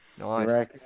Nice